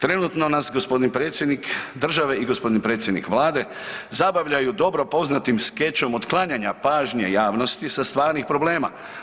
Trenutno gospodin predsjednik države i gospodin predsjednik Vlade zabavljaju dobro poznatim skečom otklanjanja pažnje javnosti sa stvarnih problema.